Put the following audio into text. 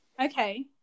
Okay